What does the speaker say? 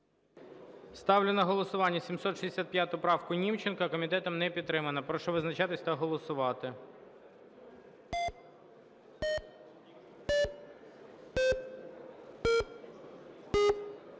Ставлю на голосування 765 правку Німченка. Комітетом не підтримана Прошу визначатись та голосувати.